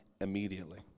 immediately